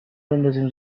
بندازیم